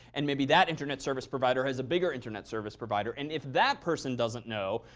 and maybe that internet service provider has a bigger internet service provider. and if that person doesn't know,